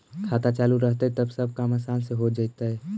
खाता चालु रहतैय तब सब काम आसान से हो जैतैय?